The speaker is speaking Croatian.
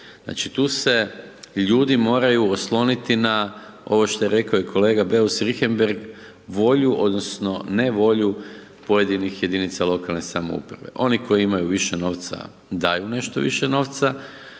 Znači tu se ljudi moraju osloniti na ovo što je rekao i kolega Beus Richembergh volju, odnosno, nevolju pojedinih jedinica lokalne samouprave. Oni koji imaju više novca, daju nešto više novca,